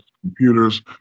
computers